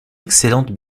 excellente